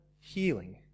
healing